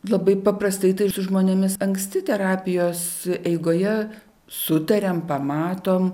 labai paprastai tai su žmonėmis anksti terapijos eigoje sutariam pamatom